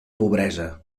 pobresa